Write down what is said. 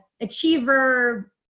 achiever